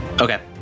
Okay